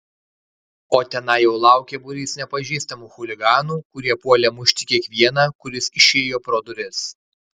o tenai jau laukė būrys nepažįstamų chuliganų kurie puolė mušti kiekvieną kuris išėjo pro duris